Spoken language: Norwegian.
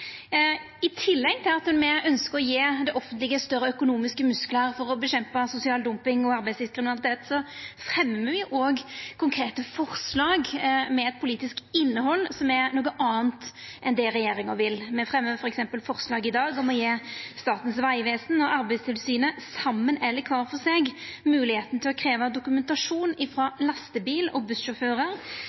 I tillegg til at me ønskjer å gje det offentlege større økonomiske musklar for å kjempa mot sosial dumping og arbeidslivskriminalitet, fremjar me òg konkrete forslag med eit politisk innhald som er noko anna enn det regjeringa vil. Me fremjar i dag f.eks. forslag til vedtak om å gje Statens vegvesen og Arbeidstilsynet, saman eller kvar for seg, moglegheit til å krevja dokumentasjon frå lastebil- og bussjåførar